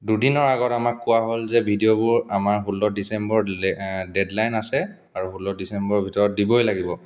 দুদিনৰ আগত আমাক কোৱা হ'ল যে ভিডিঅ'বোৰ আমাৰ ষোল্ল ডিচেম্বৰ দিলে ডেডলাইন আছে আৰু ষোল্ল ডিচেম্বৰৰ ভিতৰত দিবই লাগিব